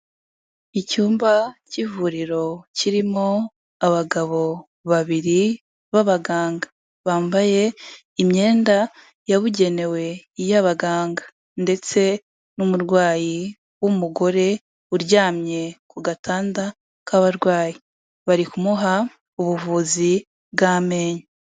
Icyumba cy'ivuriro kirimo abagabo babiri b'abaganga, bambaye imyenda yabugenewe, iy'abaganga ndetse n'umurwayi w'umugore uryamye ku gatanda k'abarwayi, bari kumuha ubuvuzi bw'amenyo.